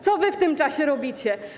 Co wy w tym czasie robicie?